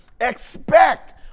expect